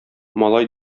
малай